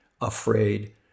afraid